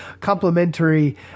complementary